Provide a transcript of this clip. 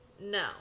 no